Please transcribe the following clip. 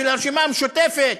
של הרשימה המשותפת,